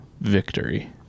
victory